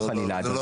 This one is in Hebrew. לא, לא.